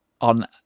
on